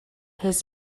his